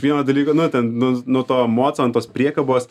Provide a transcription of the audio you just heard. vieną dalyką na ten nu nuo to moco ant tos priekabos